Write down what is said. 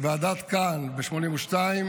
ועדת כהן ב-1982,